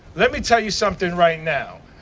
let me tell you somethin' right now.